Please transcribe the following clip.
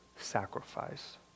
sacrifice